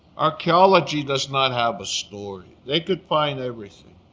archaeology does not have a story. they could find everything